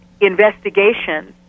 investigations